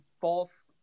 false